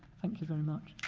thank you very much.